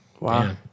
Wow